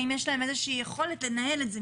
האם יש להם איזושהי יכולת לנהל את זה,